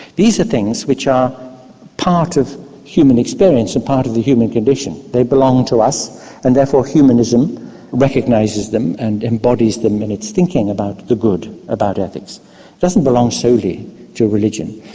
these are things which are part of human experience and part of the human condition, they belong and to us and therefore humanism recognises them and embodies them in its thinking about the good, about ethics. it doesn't belong solely to religion,